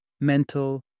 mental